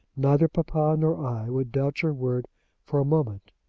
neither papa nor i would doubt your word for a moment.